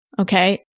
Okay